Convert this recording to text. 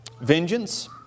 vengeance